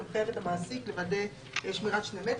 הוא מחייב את המעסיק לוודא שמירת שני מטר.